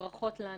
ברכות לנו.